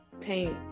paint